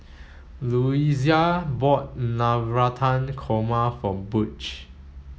Luisa bought Navratan Korma for Butch